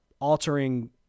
altering